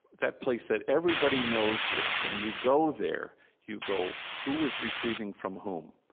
that place that everybody knows here. when you go there you go, who is receiving from whom?